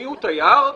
מיהו "תייר"?